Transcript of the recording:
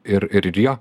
ir ir jo